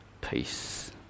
peace